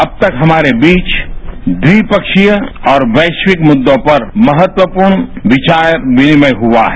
अब तक हमारे बीच ट्विपक्षीय और वैश्विक मुद्दों पर महत्वपूर्ण विचार विनिमय हुआ है